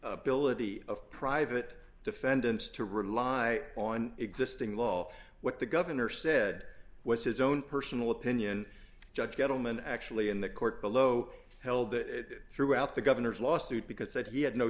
ability of private defendants to rely on existing law what the governor said was his own personal opinion judge gentleman actually in the court below held that throughout the governor's lawsuit because that he had no